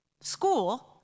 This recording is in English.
school